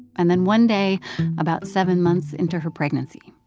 and then one day about seven months into her pregnancy,